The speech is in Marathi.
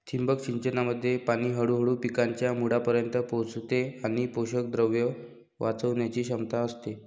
ठिबक सिंचनामध्ये पाणी हळूहळू पिकांच्या मुळांपर्यंत पोहोचते आणि पोषकद्रव्ये वाचवण्याची क्षमता असते